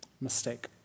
mistake